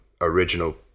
original